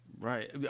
right